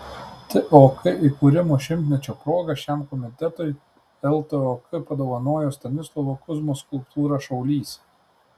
tok įkūrimo šimtmečio proga šiam komitetui ltok padovanojo stanislovo kuzmos skulptūrą šaulys